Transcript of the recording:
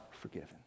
forgiven